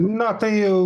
na tai